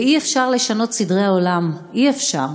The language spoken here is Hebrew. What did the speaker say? אי-אפשר לשנות סדרי עולם, אי-אפשר.